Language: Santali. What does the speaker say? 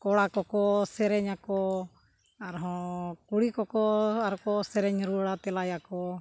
ᱠᱚᱲᱟ ᱠᱚᱠᱚ ᱥᱮᱨᱮᱧ ᱟᱠᱚ ᱟᱨᱦᱚᱸ ᱠᱩᱲᱤ ᱠᱚᱠᱚ ᱟᱨᱚᱠᱚ ᱥᱮᱨᱮᱧ ᱨᱩᱣᱟᱹᱲᱟ ᱛᱮᱞᱟᱭᱟᱠᱚ